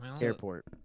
Airport